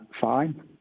fine